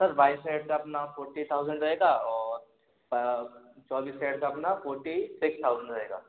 sir बाइस carat का अपना फोट्टी थाउज़ेंड रहेगा और चौबीस कैरेट का अपना फोट्टी सिक्स थाउज़ेंड रहेगा